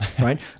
right